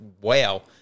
wow